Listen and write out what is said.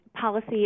policy